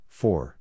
four